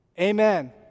amen